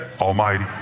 Almighty